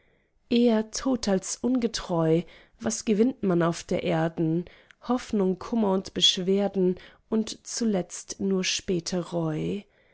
eher tot als ungetreu was gewinnt man auf der erden hoffnung kummer und beschwerden und zuletzt nur späte reu